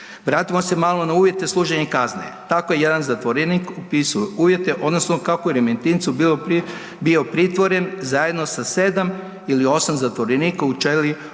Vratimo se malo na uvjete služenja kazne, tako je jedan zatvorenik opisuje uvjete odnosno kako je u Remetincu bio pritvoren zajedno sa 7 ili 8 zatvorenika u ćeliji